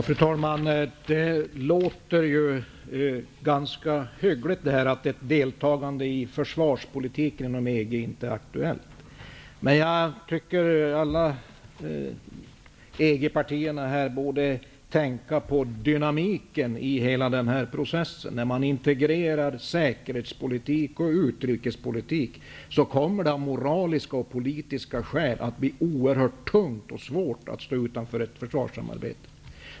Fru talman! Det låter ju ganska hyggligt detta att ett deltagande i försvarpolitiken inom EG inte är aktuellt. Men jag tycker att alla EG-partierna borde tänka på dynamiken i hela processen. När man integrerar säkerhetspolitik och utrikespolitik kommer det av moraliska och politiska skäl att bli oerhört tungt och svårt att stå utanför ett försvarssamarbete.